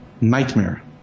nightmare